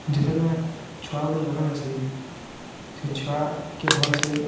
ଯେତେବେଲେ ଛୁଆ ଗୁଟେ ଜନମ୍ ହେସି ସେ ଛୁଆ କେ ଭଲ୍ ସେ